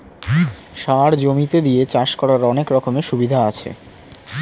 সার জমিতে দিয়ে চাষ করার অনেক রকমের সুবিধা আছে